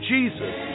Jesus